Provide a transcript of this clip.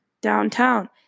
downtown